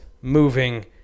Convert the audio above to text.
moving